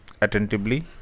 attentively